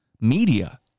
Media